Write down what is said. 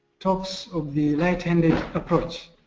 talks of the light handed approach.